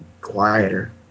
quieter